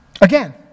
Again